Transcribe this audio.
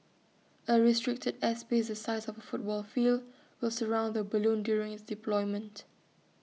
A restricted airspace the size of A football field will surround the balloon during its deployment